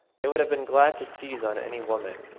they would have been glad to seize on any woman,